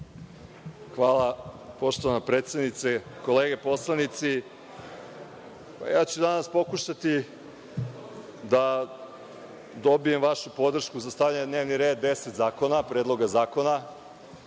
Hvala. Poštovana predsednice, kolege poslanici, ja ću danas pokušati da dobijem vašu podršku za stavljanje na dnevni red 10 predloga zakona,